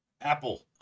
Apple